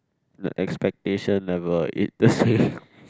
the expectation level ain't the same